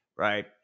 Right